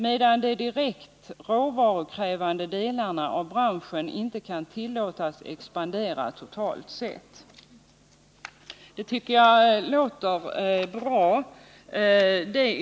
medan de direkt råvarukri de delarna av branschen inte kan tillåtas expandera totalt sett.” Det tycker jag låter bra.